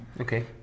Okay